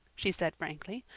she said frankly.